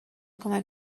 کمک